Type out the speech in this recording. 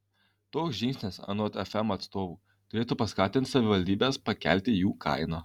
toks žingsnis anot fm atstovų turėtų paskatinti savivaldybes pakelti jų kainą